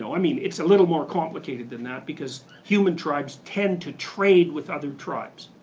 so i mean, it's a little more complicated than that because human tribes tend to trade with other tribes.